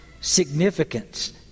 significance